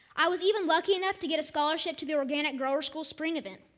i was even lucky enough to get a scholarship to the organic growers school spring event.